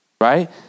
right